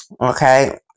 Okay